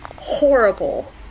horrible